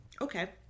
okay